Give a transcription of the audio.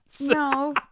No